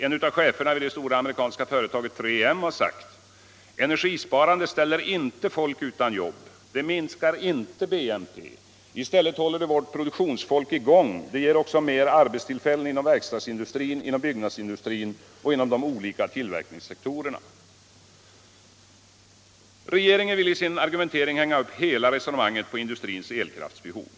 En av cheferna vid det stora amerikanska företaget 3M har sagt följande: ”Energisparande ställer inte folk utan jobb. Det minskar inte BNP. I stället håller det produktionsfolk i gång. Det ger också mer arbetstillfällen inom verkstadsindustrin, byggnadsindustrin och de olika tillverkningssektorerna.” Regeringen vill i sin argumentering hänga upp hela resonemanget på industrins elkraftsbehov.